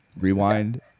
rewind